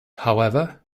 however